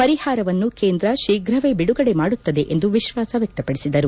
ಪರಿಹಾರವನ್ನ ಕೇಂದ್ರ ತೀಪ್ರವೇ ಬಿಡುಗಡೆ ಮಾಡುತ್ತದೆ ಎಂದು ವಿಶ್ವಾಸ ವ್ಯಕ್ತಪಡಿಸಿದರು